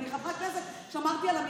אני חברת כנסת, שמרתי על המינוי.